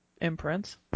imprints